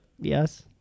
yes